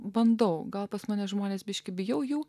bandau gal pas mane žmonės biški bijau jų